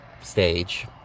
stage